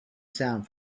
sound